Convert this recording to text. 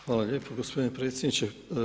Hvala lijepo gospodine predsjedniče.